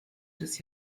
des